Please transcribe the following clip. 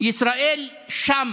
ישראל שם,